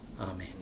Amen